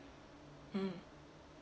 mm